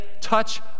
touch